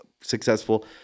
successful